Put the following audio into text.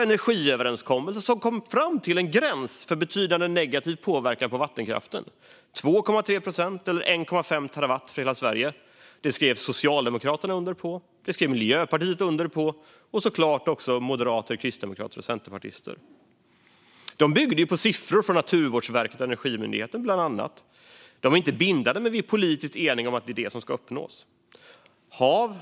Energiöverenskommelsen kom fram till att gränsen för betydande negativ påverkan på vattenkraften går vid 2,3 procent eller 1,5 terawattimmar för hela Sverige. Det skrev Socialdemokraterna under på. Det skrev Miljöpartiet under på och så klart också Moderaterna, Kristdemokraterna och Centerpartiet. Det byggde på siffror från bland annat Naturvårdsverket och Energimyndigheten. Nivån är inte bindande, men vi är politiskt eniga om att det är den nivå som ska uppnås.